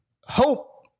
hope